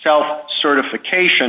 self-certification